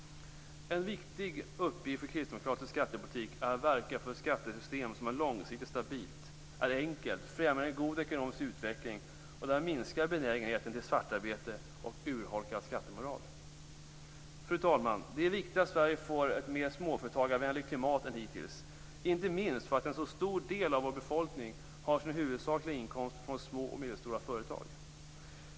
En viktig uppgift för kristdemokratisk skattepolitik är att verka för ett skattesystem som är långsiktigt stabilt, enkelt, främjar en god ekonomisk utveckling och därmed minskar benägenheten till svartarbete och urholkad skattemoral. Fru talman! Det är viktigt att Sverige får ett mer småföretagsvänligt klimat än hittills, inte minst för att en så stor del av vår befolkning har sin huvudsakliga inkomst från små och medelstora företag.